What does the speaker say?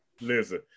Listen